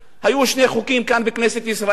היו שני חוקים כאן, בכנסת ישראל.